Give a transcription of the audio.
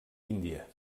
índia